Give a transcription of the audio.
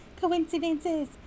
Coincidences